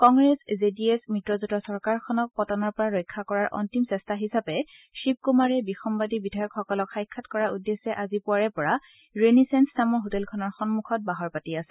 Congress J D S মিত্ৰজোটৰ চৰকাৰখনক পতনৰ পৰা ৰক্ষা কৰাৰ অন্তিম চেষ্টা হিচাপে শিৱ কুমাৰে বিসম্বাদী বিধায়কসকলক সাক্ষাৎ কৰাৰ উদ্দেশ্যে আজি পুৱাৰে পৰা ৰেনিচেনছ নামৰ হোটেলখনৰ সন্মুখত বাহৰ পাতি আছে